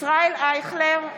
ישראל אייכלר,